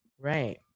Right